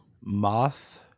Moth